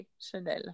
Chanel